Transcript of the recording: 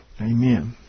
Amen